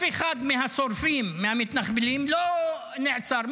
אף אחד מהשורפים, מהמתנחבלים, לא נעצר.